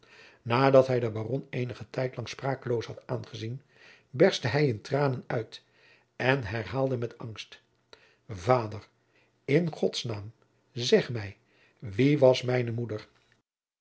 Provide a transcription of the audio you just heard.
nadat hij den baron eenen tijd lang sprakeloos had aangezien berstte hij in tranen uit en herhaalde met angst vader in gods naam zeg mij wie was mijne moeder